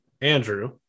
Andrew